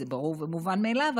זה ברור ומובן מאליו,